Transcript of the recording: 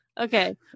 Okay